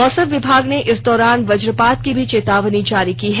मौसम विभाग ने इस दौरान वज्रपात की भी चेतावनी जारी की है